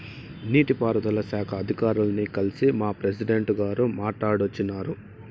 నీటి పారుదల శాఖ అధికారుల్ని కల్సి మా ప్రెసిడెంటు గారు మాట్టాడోచ్చినారు